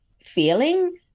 feeling